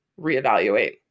reevaluate